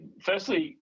firstly